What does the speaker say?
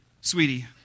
sweetie